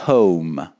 Home